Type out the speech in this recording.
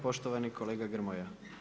Poštovani kolega Grmoja.